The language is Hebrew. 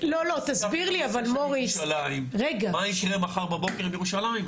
תסביר לי מוריס --- מה יקרה מחר בבוקר בירושלים,